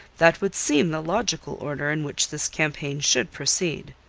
that would seem the logical order in which this campaign should proceed.